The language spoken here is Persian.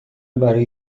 برای